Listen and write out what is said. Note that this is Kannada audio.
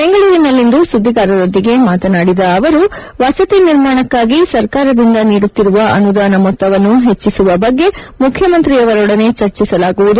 ಬೆಂಗಳೂರಿನಲ್ಲಿಂದು ಸುದ್ಗಿಗಾರರೊಂದಿಗೆ ಮಾತನಾಡಿದ ಅವರು ವಸತಿ ನಿರ್ಮಾಣಕ್ಕಾಗಿ ಸರ್ಕಾರದಿಂದ ನೀಡುತ್ತಿರುವ ಅನುದಾನ ಮೊತ್ತವನ್ನು ಹೆಚ್ಚಿಸುವ ಬಗ್ಗೆ ಮುಖ್ಯಮಂತ್ರಿಯವರೊಡನೆ ಚರ್ಚಿಸಲಾಗುವುದು